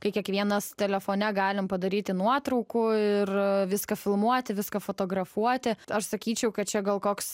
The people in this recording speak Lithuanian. kai kiekvienas telefone galim padaryti nuotraukų ir viską filmuoti viską fotografuoti aš sakyčiau kad čia gal koks